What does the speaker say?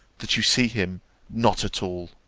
that you see him not at all.